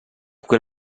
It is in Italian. quel